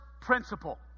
principle